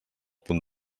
punt